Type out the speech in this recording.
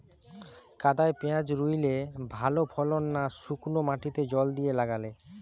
কাদায় পেঁয়াজ রুইলে ভালো ফলন না শুক্নো মাটিতে জল দিয়ে লাগালে?